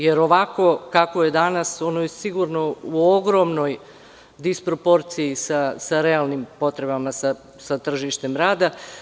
Jer, ovako kako je danas, ono je sigurno u ogromnoj disproporciji sa realnim potrebama sa tržištem rada.